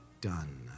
done